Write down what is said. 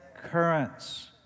currents